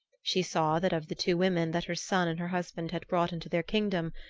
she saw that of the two women that her son and her husband had brought into their kingdom,